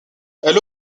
elle